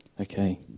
Okay